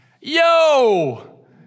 Yo